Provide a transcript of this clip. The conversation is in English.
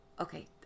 okay